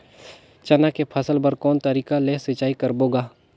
चना के फसल बर कोन तरीका ले सिंचाई करबो गा?